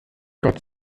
gott